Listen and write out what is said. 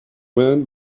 man